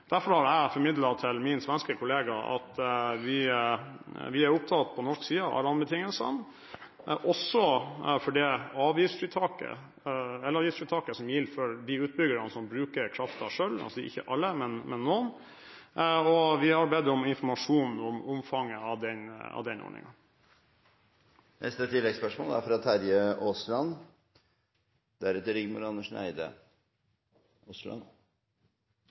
Derfor har jeg formidlet til min svenske kollega at vi på norsk side er opptatt av rammebetingelsene, og når det gjelder det elavgiftsfritaket for de utbyggerne som bruker kraften selv – altså ikke alle, men noen – har vi bedt om informasjon om omfanget av den ordningen. Terje Aasland – til oppfølgingsspørsmål. Det er